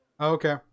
okay